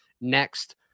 next